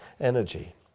energy